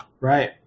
right